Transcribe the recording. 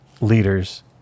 leaders